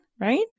right